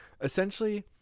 essentially